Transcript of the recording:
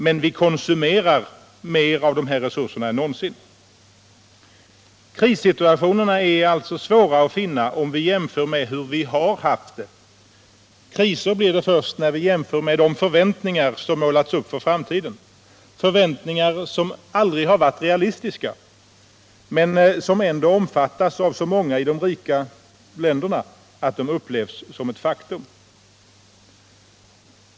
Men vi konsumerar mer än någonsin. Krissituationerna är svåra att finna om vi jämför med hur vi haft det. Kriser blir det först när vi jämför med de förväntningar som målats upp för framtiden, förväntningar som aldrig varit realistiska men som ändå omfattas av så många i den rika världen att de upplevs som ett faktum.